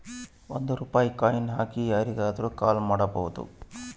ಒಂದ್ ರೂಪಾಯಿ ಕಾಯಿನ್ ಹಾಕಿ ಯಾರಿಗಾದ್ರೂ ಕಾಲ್ ಮಾಡ್ಬೋದು